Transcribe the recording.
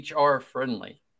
HR-friendly